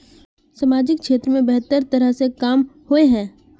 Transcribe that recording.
सामाजिक क्षेत्र में बेहतर तरह के काम होय है?